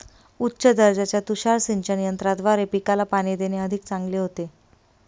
उच्च दर्जाच्या तुषार सिंचन यंत्राद्वारे पिकाला पाणी देणे अधिक चांगले होते